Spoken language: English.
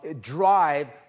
drive